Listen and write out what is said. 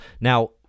Now